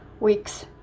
weeks